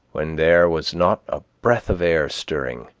when there was not a breath of air stirring,